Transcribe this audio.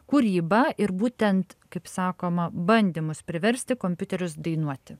kūrybą ir būtent kaip sakoma bandymus priversti kompiuterius dainuoti